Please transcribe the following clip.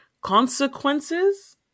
consequences